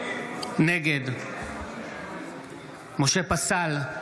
נגד משה פסל,